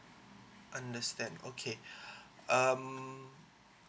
understand okay um